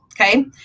Okay